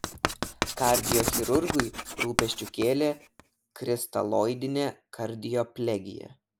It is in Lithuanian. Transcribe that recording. kardiochirurgui rūpesčių kėlė kristaloidinė kardioplegija